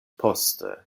poste